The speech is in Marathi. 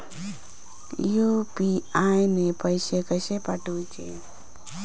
यू.पी.आय ने पैशे कशे पाठवूचे?